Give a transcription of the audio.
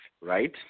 right